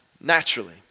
naturally